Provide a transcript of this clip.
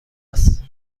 است